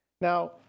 Now